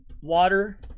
water